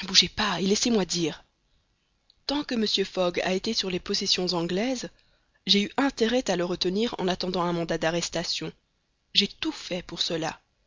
ne bougez pas et laissez-moi dire tant que mr fogg a été sur les possessions anglaises j'ai eu intérêt à le retenir en attendant un mandat d'arrestation j'ai tout fait pour cela